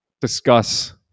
Discuss